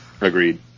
Agreed